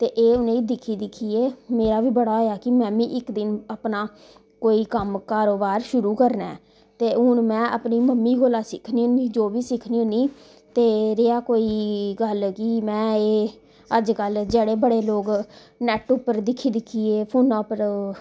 ते एह् मिगी दिक्खी दिक्खियै मेरा बी बड़ा होएआ कि मैंमी इक्क दिन अपना कोई कारोबार शुरू करना ऐ ते हुन मैं अपनी मम्मी कोला सिक्खनी हुन्नी जो बी सिक्खनी हुन्नी ते रेहा कोई गल्ल कि मैं एह् अज्ज कल्ल जेह्ड़़े बड़े लोक नेट उप्पर दिक्खी दिक्खियै फोना उप्पर